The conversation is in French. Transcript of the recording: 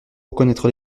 reconnaître